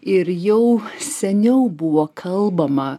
ir jau seniau buvo kalbama